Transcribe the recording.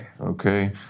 Okay